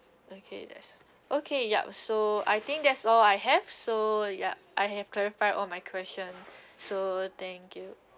okay that's okay yup so I think that's all I have so yup I have clarified all my questions so thank you